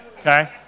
okay